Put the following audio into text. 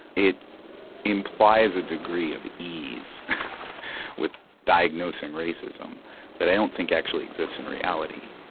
it implies a degree of ease with diagnosing racism that i don't think actually exists in reality